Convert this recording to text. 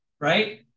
right